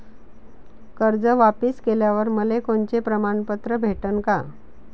कर्ज वापिस केल्यावर मले कोनचे प्रमाणपत्र भेटन का?